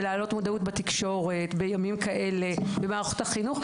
של להעלות מודעות בתקשורת בימים כאלה ממערכות החינוך.